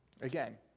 Again